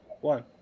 one